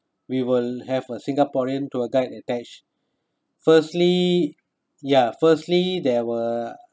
we will have a singaporean tour guide attached firstly ya firstly there were